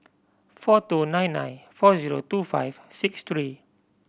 four two nine nine four zero two five six three